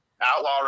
Outlaw